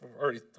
already